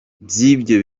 by’ibyo